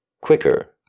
quicker